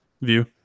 view